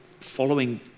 following